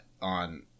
on